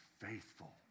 faithful